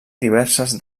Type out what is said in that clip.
diverses